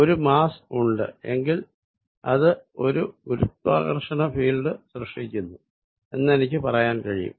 ഒരു മാസ്സ് ഉണ്ട് എങ്കിൽ അത് ഒരു ഗുരുത്വആകര്ഷണ ഫീൽഡ് സൃഷ്ടിക്കുന്നു എന്നെനിക്ക് പറയാൻ കഴിയും